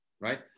right